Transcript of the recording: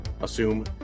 assume